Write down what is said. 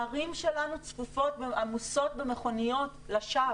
הערים שלנו צפופות ועמוסות במכוניות לשווא.